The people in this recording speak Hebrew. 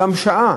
גם שעה,